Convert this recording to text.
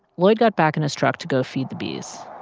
lloyd got back in his truck to go feed the bees